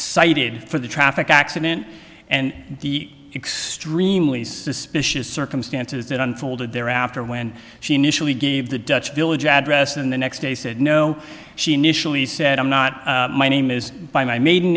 cited for the traffic accident and the extremely suspicious circumstances that unfolded thereafter when she initially gave the dutch village address and the next day said no she initially said i'm not my name is by my maiden